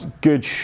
good